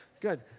good